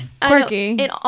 Quirky